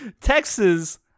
Texas